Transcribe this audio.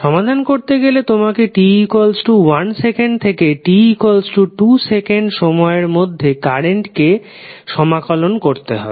সমাধান করতে গেলে তোমাকে t1 সেকেন্ড থেকে t2 সেকেন্ড সময়ের মধ্যে কারেন্টের মানকে সমাকলন করতে হবে